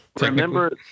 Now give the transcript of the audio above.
Remember